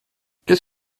qu’est